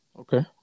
Okay